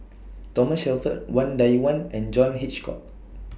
Thomas Shelford Wang Dayuan and John Hitchcock